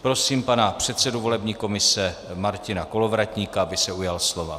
Prosím pana předsedu volební komise Martina Kolovratníka, aby se ujal slova.